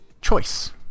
choice